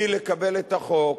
היא לקבל את החוק,